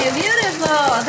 beautiful